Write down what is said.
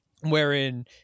wherein